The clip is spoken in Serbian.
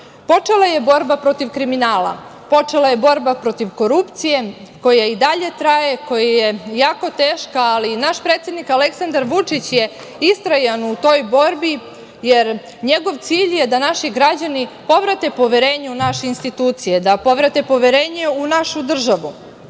počela je borba protiv kriminala, počela je borba protiv korupcije koja i dalje traje, koja je i dalje teška, ali naš predsednik Aleksandar Vučić je istrajan u toj borbi jer njegov cilj je da naši građani povrate poverenje u naše institucije, da povrate poverenje u našu državu.